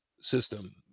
system